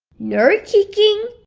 no kicking